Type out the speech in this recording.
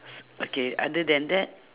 s~ okay other than that